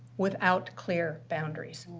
without clear boundaries.